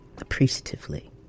appreciatively